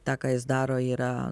tą ką jis daro yra